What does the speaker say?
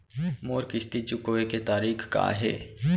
मोर किस्ती चुकोय के तारीक का हे?